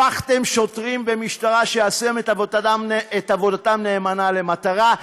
הפכתם שוטרים במשטרה שעושים את עבודתם נאמנה למטרה.